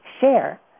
share